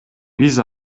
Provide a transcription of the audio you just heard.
биз